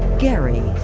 gary.